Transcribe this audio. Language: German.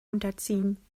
unterziehen